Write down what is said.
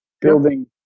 building